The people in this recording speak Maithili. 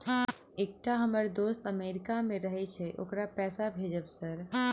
एकटा हम्मर दोस्त अमेरिका मे रहैय छै ओकरा पैसा भेजब सर?